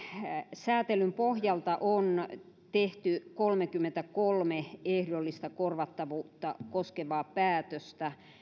sääntelyn pohjalta on tehty kolmekymmentäkolme ehdollista korvattavuutta koskevaa päätöstä